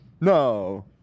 No